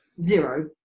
zero